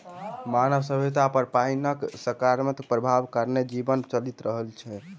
मानव सभ्यता पर पाइनक सकारात्मक प्रभाव कारणेँ जीवन चलि रहल छै